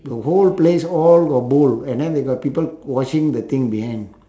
the whole place all got bowl and then they got people washing the thing behind